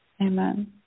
Amen